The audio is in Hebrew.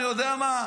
אני יודע מה,